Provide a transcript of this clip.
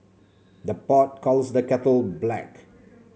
the pot calls the kettle black